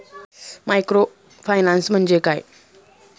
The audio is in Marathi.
मायक्रोफायनान्स म्हणजे काय?